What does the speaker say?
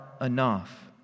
enough